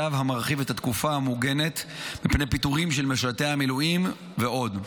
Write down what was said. צו המרחיב את התקופה המוגנת מפני פיטורים של משרתי המילואים ועוד.